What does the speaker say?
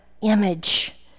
image